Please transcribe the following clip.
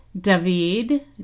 David